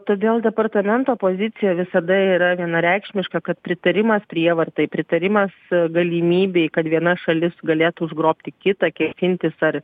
todėl departamento pozicija visada yra vienareikšmiška kad pritarimas prievartai pritarimas galimybei kad viena šalis galėtų užgrobti kitą kėsintis ar